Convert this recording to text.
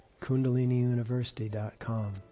kundaliniuniversity.com